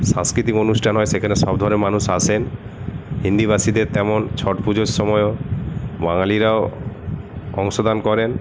সাংস্কৃতিক অনুষ্ঠান হয় সেখানে সব ধরনের মানুষ আসেন হিন্দিভাষীদের তেমন ছট পুজোর সময়ও বাঙালিরাও অংশদান করেন